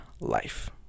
life